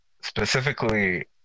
specifically